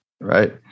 Right